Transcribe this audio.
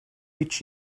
each